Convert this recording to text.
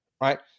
right